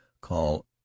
call